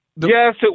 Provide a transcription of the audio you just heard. Yes